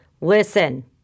Listen